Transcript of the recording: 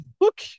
look